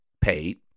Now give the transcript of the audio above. paid